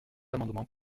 amendement